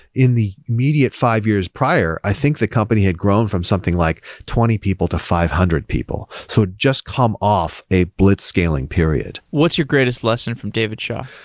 in the immediate five years prior, i think the company had grown from something like twenty people to five hundred people. so just come off a blitzscaling period. what's your greatest lesson from david shaw?